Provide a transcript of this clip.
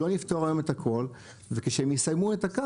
לא נפתור היום את הכול וכשהם יסיימו את הקו,